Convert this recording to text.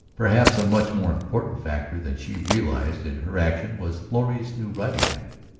perhaps a much more important factor than she realized in her action was florrie's new riding-habit.